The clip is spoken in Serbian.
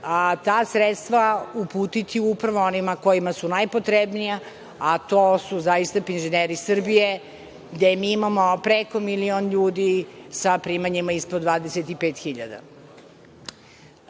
ta sredstva uputiti upravo onima kojima su najpotrebnija, a to su zaista penzioneri Srbije gde mi imamo preko milion ljudi sa primanjima ispod 25.000